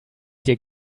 dir